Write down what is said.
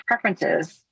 preferences